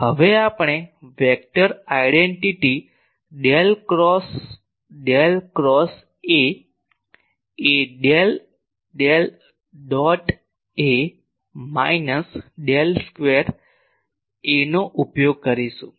હવે આપણે vector identity del cross del cross A A del del dot A minus del square A નો ઉપયોગ કરીશું